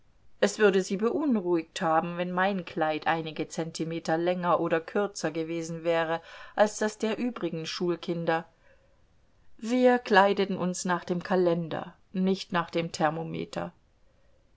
es würde sie beunruhigt haben wenn mein kleid einige zentimeter länger oder kürzer gewesen wäre als das der übrigen schulkinder wir kleideten uns nach dem kalender nicht nach dem thermometer